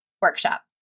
workshop